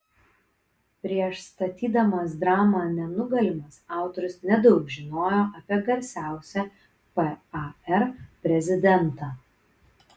prieš statydamas dramą nenugalimas autorius nedaug žinojo apie garsiausią par prezidentą